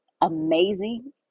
amazing